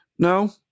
No